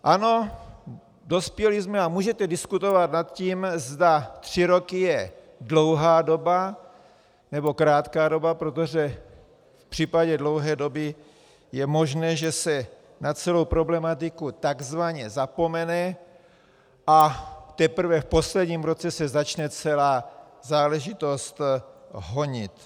Ano, dospěli jsme, a můžete diskutovat nad tím, zda tři roky je dlouhá doba, nebo krátká doba, protože v případě dlouhé doby je možné, že se na celou problematiku tzv. zapomene a teprve v posledním roce se začne celá záležitost honit.